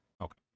Okay